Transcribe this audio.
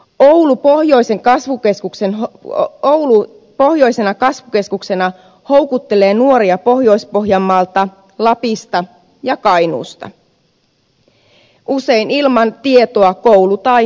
oulu pohjoisena kasvukeskuksena houkuttelee nuoria pohjois pohjanmaalta lapista ja kainuusta usein ilman tietoa koulu tai työpaikasta